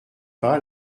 pas